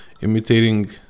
imitating